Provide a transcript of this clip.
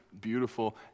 beautiful